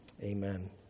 amen